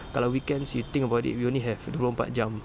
kalau weekends you think about it you only have dua puluh empat jam